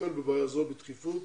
לטפל בבעיה זו בדחיפות